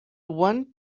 one